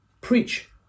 preach